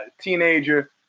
teenager